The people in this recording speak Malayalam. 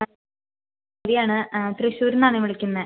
ഗൗരിയാണ് ആ തൃശ്ശൂരുന്നാണ് വിളിക്കുന്നത്